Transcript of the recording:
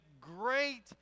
great